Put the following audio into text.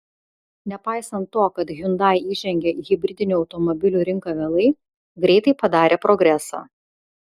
nepaisant to kad hyundai įžengė į hibridinių automobilių rinką vėlai greitai padarė progresą